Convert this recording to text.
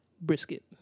brisket